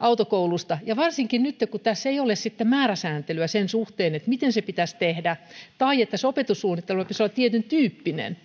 autokoulusta varsinkin nyt kun tässä ei sitten ole määräsääntelyä sen suhteen miten se pitäisi tehdä tai että sen opetussuunnitelman pitäisi olla tietyntyyppinen